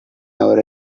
our